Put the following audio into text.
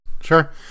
Sure